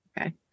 Okay